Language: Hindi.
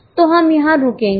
तो हम यहां रुकेंगे